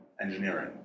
engineering